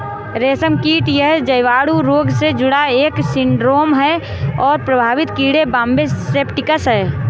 रेशमकीट यह जीवाणु रोग से जुड़ा एक सिंड्रोम है और प्रभावित कीड़े बॉम्बे सेप्टिकस है